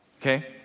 okay